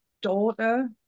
daughter